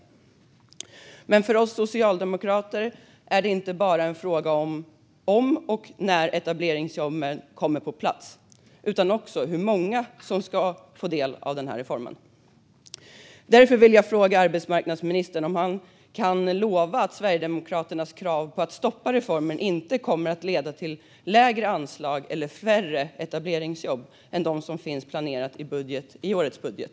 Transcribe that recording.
Men för oss socialdemokrater är frågan inte bara om och när etableringsjobben kommer på plats utan också hur många som ska få del av reformen. Därför vill jag fråga arbetsmarknadsministern om han kan lova att Sverigedemokraternas krav på att stoppa reformen inte kommer att leda till lägre anslag eller färre etableringsjobb än de som finns planerade i årets budget.